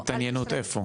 התעניינות איפה?